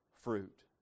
fruit